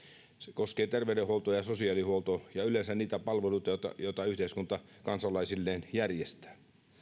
koskee terveydenhuoltoa ja sosiaalihuoltoa ja yleensä niitä palveluita joita yhteiskunta kansalaisilleen järjestää